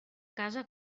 casa